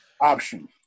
option